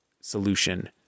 solution